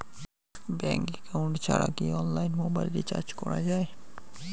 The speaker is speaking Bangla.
ব্যাংক একাউন্ট ছাড়া কি অনলাইনে মোবাইল রিচার্জ করা যায়?